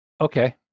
Okay